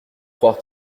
croire